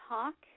Talk